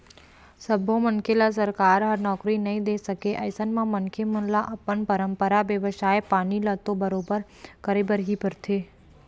सब्बो मनखे ल सरकार ह नउकरी नइ दे सकय अइसन म मनखे मन ल अपन परपंरागत बेवसाय पानी ल तो बरोबर करे बर ही परथे